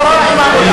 גם תורה וגם עבודה.